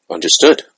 Understood